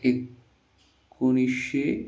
एकोणीशे